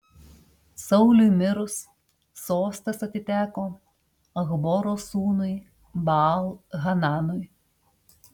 sauliui mirus sostas atiteko achboro sūnui baal hananui